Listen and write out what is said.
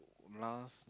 last